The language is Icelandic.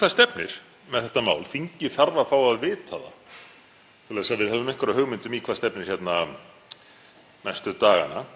hvað stefnir með þetta mál? Þingið þarf að fá að vita það svoleiðis að við höfum einhverja hugmynd um í hvað stefnir hérna næstu daga.